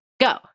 go